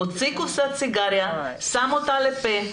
מוציא קופסת סיגריות, שם אותה בפה,